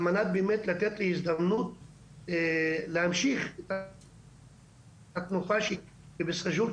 על מנת באמת לתת הזדמנות להמשיך את התנופה שקיימת בסאג'ור,